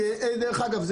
דרך אגב,